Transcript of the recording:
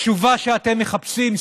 התשובה שאתם מחפשים,